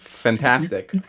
fantastic